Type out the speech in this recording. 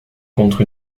contre